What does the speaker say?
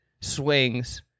swings